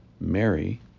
Mary